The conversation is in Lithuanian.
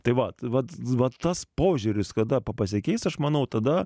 tai vat vat vat tas požiūris kada pasikeis aš manau tada